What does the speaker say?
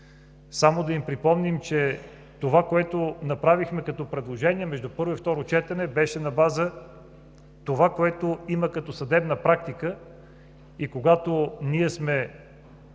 Само да им припомним, че това, което направихме като предложения между първо и второ четене, беше на база това, което има като съдебна практика, и когато ние сме